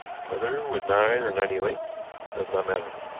whether with nine or ninety links does not matter.